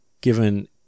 given